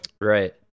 right